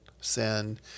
sin